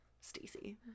Stacey